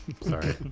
Sorry